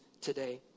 today